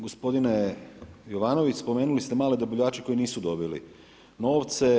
Gospodine Jovanović spomenuli ste male dobavljače koji nisu dobili novce.